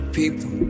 people